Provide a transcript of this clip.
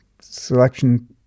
selection